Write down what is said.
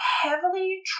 heavily